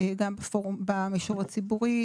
גם במישור הציבורי,